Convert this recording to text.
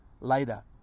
later